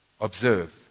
Observe